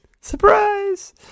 Surprise